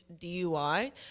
DUI